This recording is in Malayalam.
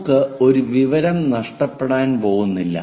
നമുക്ക് ഒരു വിവരവും നഷ്ടപ്പെടാൻ പോകുന്നില്ല